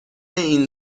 این